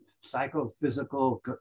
psychophysical